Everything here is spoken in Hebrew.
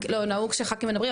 נהוג שח"כים מדברים,